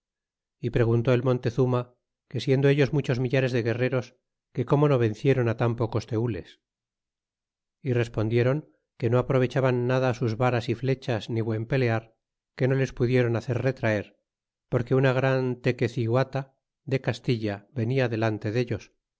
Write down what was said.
y preguntó el montezuma que siendo ellos muchos millares de guerreros que como no vencieron á tan pocos teules y respondiéron que no aprovechaban nada sus varas y flechas ni buen pelear que no les pudieron hacer retraer porque una gran tequeciguata de castilla venia delante dellos